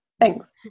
thanks